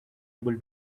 able